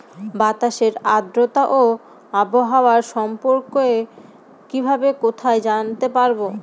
বাতাসের আর্দ্রতা ও আবহাওয়া সম্পর্কে কিভাবে কোথায় জানতে পারবো?